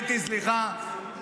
אה,